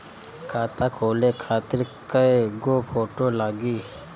खाता खोले खातिर कय गो फोटो लागी?